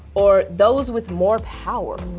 or those with more power.